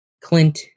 Clint